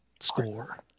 score